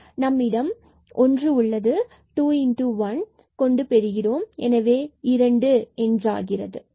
எனவே நம்மிடம் ஒன்று உள்ளது மற்றும் 2 1ஐ பெறுகிறோம் எனவே இது இரண்டு ஆகிறது